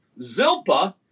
Zilpa